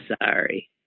sorry